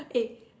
okay